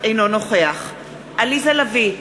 אינו נוכח עליזה לביא,